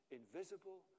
invisible